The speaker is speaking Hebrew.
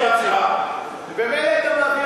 וזנדברג, הוא אמר: מה שרוצים.